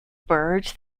birds